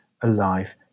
alive